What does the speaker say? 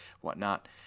whatnot